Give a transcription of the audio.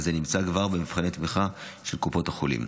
וזה כבר נמצא במבחני תמיכה של קופות החולים.